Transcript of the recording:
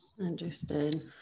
Understood